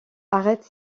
arrête